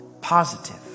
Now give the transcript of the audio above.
positive